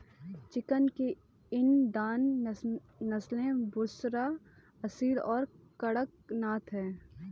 chicken की इनिडान नस्लें बुसरा, असील और कड़कनाथ हैं